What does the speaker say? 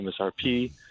MSRP